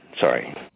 Sorry